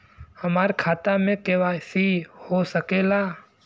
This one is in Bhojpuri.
हमार खाता में के.वाइ.सी हो सकेला?